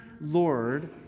Lord